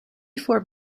four